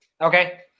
Okay